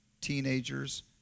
teenager's